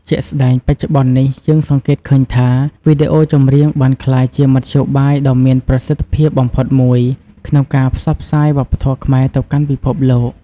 ជាក់ស្តែងបច្ចុប្បន្ននេះយើងសង្កេតឃើញថា វីដេអូចម្រៀងបានក្លាយជាមធ្យោបាយដ៏មានប្រសិទ្ធភាពបំផុតមួយក្នុងការផ្សព្វផ្សាយវប្បធម៌ខ្មែរទៅកាន់ពិភពលោក។